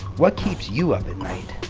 what keeps you up at night?